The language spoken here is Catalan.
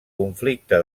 conflicte